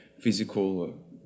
physical